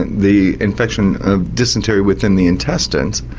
the infection of dysentery within the intestines,